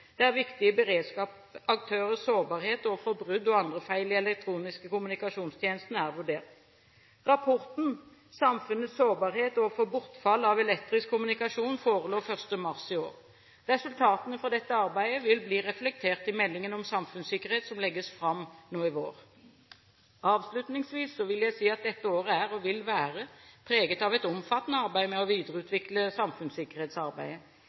viktige beredskapsaktørers sårbarhet overfor brudd og andre feil i de elektroniske kommunikasjonstjenestene er vurdert. Rapporten «Samfunnets sårbarhet overfor bortfall av elektronisk kommunikasjon» forelå 1. mars i år. Resultatene fra dette arbeidet vil bli reflektert i meldingen om samfunnssikkerhet som legges fram nå i vår. Avslutningsvis vil jeg si at dette året er, og vil være, preget av et omfattende arbeid med å videreutvikle samfunnssikkerhetsarbeidet.